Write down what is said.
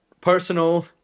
personal